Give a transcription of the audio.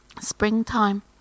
springtime